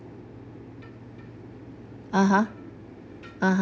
(uh huh) (uh huh)